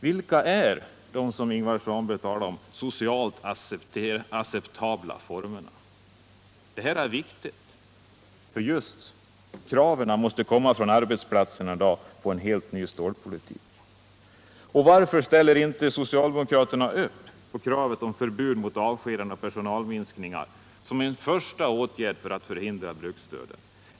Vilka är de socialt acceptabla formerna, som Ingvar Svanberg talade om? Det här är viktigt, för kraven på en helt ny stålpolitik måste komma just från arbetsplatserna i dag. Och varför ställer inte socialdemokraterna upp på kravet om förbud mot avskedanden och personalminskningar som en första åtgärd för att förhindra bruksdöden?